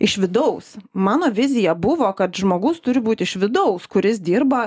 iš vidaus mano vizija buvo kad žmogus turi būt iš vidaus kuris dirba